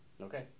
Okay